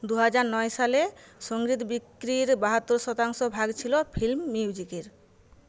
দু হাজার নয় সালে সঙ্গীত বিক্রির বাহাত্তর শতাংশ ভাগ ছিল ফিল্ম মিউজিকের